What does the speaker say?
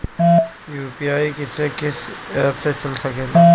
UPI किस्से कीस app से चल सकेला?